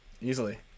Easily